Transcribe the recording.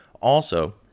Also-